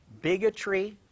bigotry